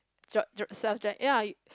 dr~ dr~ self drive ya